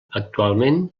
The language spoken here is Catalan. actualment